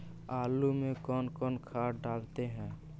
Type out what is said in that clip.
आलू में कौन कौन खाद डालते हैं?